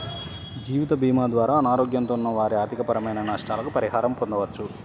జీవితభీమా ద్వారా అనారోగ్యంతో ఉన్న వారి ఆర్థికపరమైన నష్టాలకు పరిహారం పొందవచ్చు